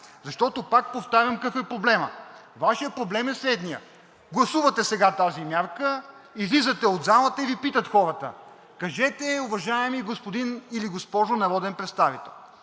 Защото, пак повтарям, какъв е проблемът. Вашият проблем е следният: гласувате сега тази мярка, излизате от залата и Ви питат хората: кажете, уважаеми господин или госпожо народен представител,